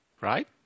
Right